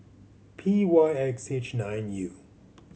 P Y X H nine U